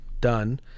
done